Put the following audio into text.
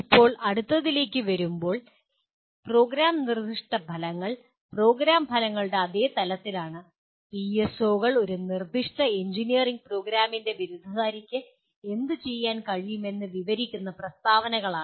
ഇപ്പോൾ അടുത്തതിലേക്ക് വരുമ്പോൾ പ്രോഗ്രാം നിർദ്ദിഷ്ട ഫലങ്ങൾ പ്രോഗ്രാം ഫലങ്ങളുടെ അതേ തലത്തിലാണ് പിഎസ്ഒകൾ ഒരു നിർദ്ദിഷ്ട എഞ്ചിനീയറിംഗ് പ്രോഗ്രാമിന്റെ ബിരുദധാരിയ്ക്ക് എന്ത് ചെയ്യാൻ കഴിയുമെന്ന് വിവരിക്കുന്ന പ്രസ്താവനകളാണ്